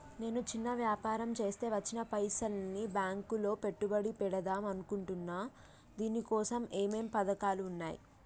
నేను చిన్న వ్యాపారం చేస్తా వచ్చిన పైసల్ని బ్యాంకులో పెట్టుబడి పెడదాం అనుకుంటున్నా దీనికోసం ఏమేం పథకాలు ఉన్నాయ్?